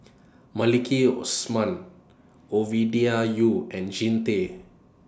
Maliki Osman Ovidia Yu and Jean Tay